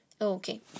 Okay